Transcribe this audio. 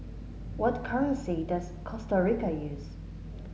what currency does Costa Rica use